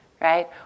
right